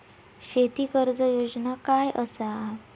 शेती कर्ज योजना काय असा?